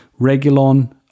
Regulon